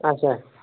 اچھا